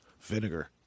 vinegar